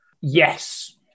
yes